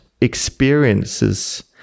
experiences